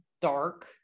dark